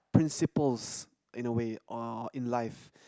principles in a way or in life